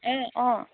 অঁ অঁ